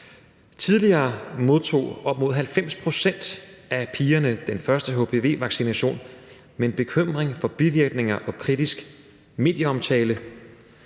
Tidligere modtog op mod 90 pct. af pigerne den første hpv-vaccination, men så kom der bekymring for bivirkninger og kritisk medieomtale;